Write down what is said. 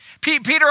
Peter